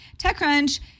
TechCrunch